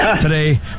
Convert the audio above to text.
today